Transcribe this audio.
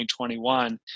2021